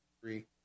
three